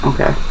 Okay